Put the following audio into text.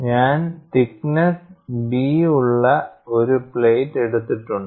ഞാൻ thickness B യുള്ള ഒരു പ്ലേറ്റ് എടുത്തിട്ടുണ്ട്